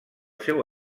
seu